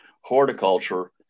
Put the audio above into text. horticulture